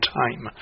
time